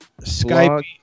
Skype